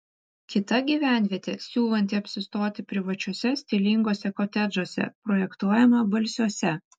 kita gyvenvietė siūlanti apsistoti privačiuose stilinguose kotedžuose projektuojama balsiuose